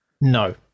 No